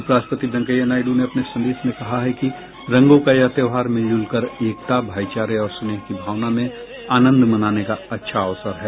उपराष्ट्रपति वेंकैया नायडू ने अपने संदेश में कहा है कि रंगों का यह त्यौहार मिलजुल कर एकता भाईचारे और स्नेह की भावना में आनंद मनाने का अच्छा अवसर है